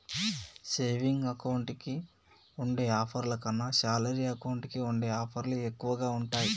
saving account కి ఉండే ఆఫర్ల కన్నా శాలరీ అకౌంట్ కి ఉండే ఆఫర్లే ఎక్కువగా ఉంటాయి